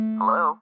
Hello